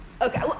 Okay